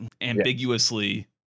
ambiguously